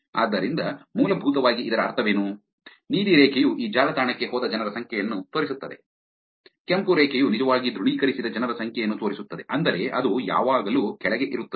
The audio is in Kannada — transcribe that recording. ಆದ್ದರಿಂದ ಮೂಲಭೂತವಾಗಿ ಇದರ ಅರ್ಥವೇನು ನೀಲಿ ರೇಖೆಯು ಈ ಜಾಲತಾಣಕ್ಕೆ ಹೋದ ಜನರ ಸಂಖ್ಯೆಯನ್ನು ತೋರಿಸುತ್ತದೆ ಕೆಂಪು ರೇಖೆಯು ನಿಜವಾಗಿ ದೃಢೀಕರಿಸಿದ ಜನರ ಸಂಖ್ಯೆಯನ್ನು ತೋರಿಸುತ್ತದೆ ಅಂದರೆ ಅದು ಯಾವಾಗಲೂ ಕೆಳಗೆ ಇರುತ್ತದೆ